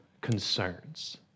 concerns